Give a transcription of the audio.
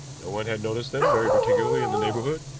no one had noticed them very particularly in the neighborhood.